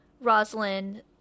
Rosalind